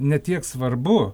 ne tiek svarbu